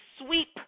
sweep